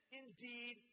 indeed